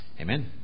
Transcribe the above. Amen